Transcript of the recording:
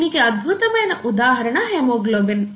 దీనికి అద్భుతమైన ఉదాహరణ హెమోగ్లోబిన్